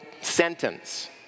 sentence